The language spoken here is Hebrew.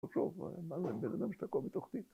‫עכשיו, מה זה? ‫ברגע שאתה קום בתוכתית.